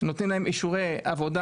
נותנים להם אישורי עבודה,